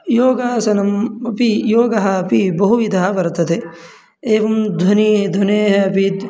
योगासनम् अपि योगः अपि बहुविधः वर्तते एवं ध्वनिः ध्वनेः अपि